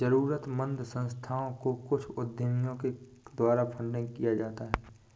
जरूरतमन्द संस्थाओं को कुछ उद्यमियों के द्वारा फंडिंग किया जाता है